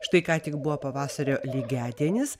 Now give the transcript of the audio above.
štai ką tik buvo pavasario lygiadienis